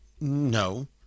No